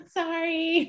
sorry